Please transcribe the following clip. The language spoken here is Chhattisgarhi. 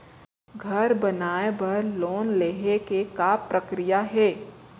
घर बनाये बर लोन लेहे के का प्रक्रिया हे?